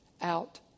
out